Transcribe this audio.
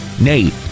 Nate